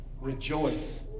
rejoice